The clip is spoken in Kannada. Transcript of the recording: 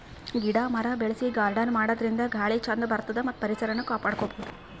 ಗಿಡ ಮರ ಬೆಳಸಿ ಗಾರ್ಡನ್ ಮಾಡದ್ರಿನ್ದ ಗಾಳಿ ಚಂದ್ ಬರ್ತದ್ ಮತ್ತ್ ಪರಿಸರನು ಕಾಪಾಡ್ಕೊಬಹುದ್